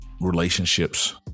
relationships